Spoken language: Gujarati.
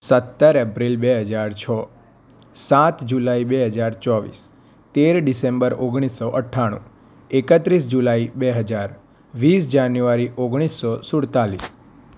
સત્તર એપ્રિલ બે હજાર છ સાત જુલાઈ બે હજાર ચોવીસ તેર ડિસેમ્બર ઓગણીસો અઠ્ઠાણું એકત્રીસ જુલાઈ બે હજાર વીસ જાન્યુઆરી ઓગણીસો સુડતાલીસ